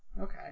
okay